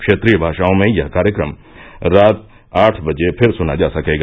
क्षेत्रीय भाषाओं में यह कार्यक्रम रात आठ बजे फिर सुना जा सकेगा